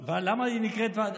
אבל למה היא נקראת,